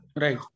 Right